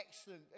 excellent